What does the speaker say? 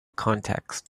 contexts